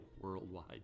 worldwide